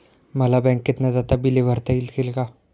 मला बँकेत न जाता बिले भरता येतील का?